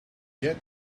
yet